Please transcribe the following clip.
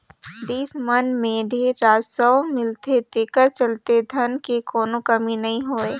देस मन मं ढेरे राजस्व मिलथे तेखरे चलते धन के कोनो कमी नइ होय